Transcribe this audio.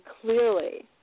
clearly